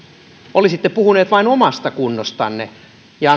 olisitte puhunut vain omasta kunnostanne ja